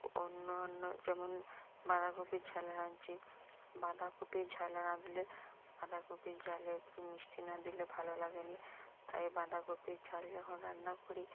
অন্য অন্য যেমন বাঁধাকপির ঝাল রাঁধছি বাঁধাকপির ঝাল রাঁধলে বাঁধাকপির ঝালে একটু মিষ্টি না দিলে ভালো লাগে না তাই বাঁধাকপির ঝাল যখন রান্না করি